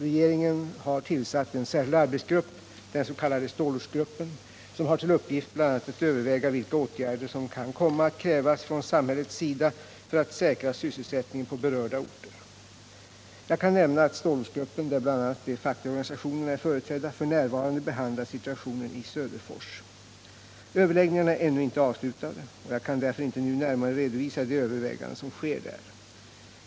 Regeringen har tillsatt en särskild arbetsgrupp —den ss.k. stålortsgruppen —- som har till uppgift bl.a. att överväga vilka åtgärder som kan komma att krävas från samhällets sida för att säkra sysselsättningen på berörda orter. Jag kan nämna att stålortsgruppen, där bl.a. de fackliga organisationerna är företrädda, f. n. behandlar situationen i Söderfors. Överläggningarna är ännu inte avslutade, och jag kan därför inte nu närmare redovisa de överväganden som sker där.